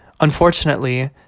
Unfortunately